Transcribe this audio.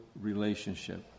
relationship